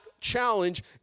challenge